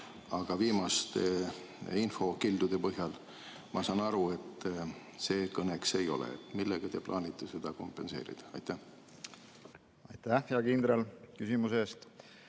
aga viimaste infokildude põhjal saan ma aru, et see kõneks ei ole. Millega te plaanite seda kompenseerida? Aitäh, hea kindral, küsimuse eest!